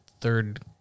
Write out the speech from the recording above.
third